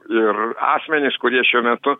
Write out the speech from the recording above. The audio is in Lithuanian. ir asmenys kurie šiuo metu